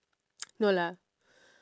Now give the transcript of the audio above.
no lah